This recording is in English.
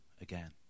again